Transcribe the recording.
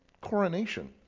coronation